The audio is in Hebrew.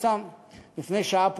לפני שעה,